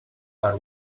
per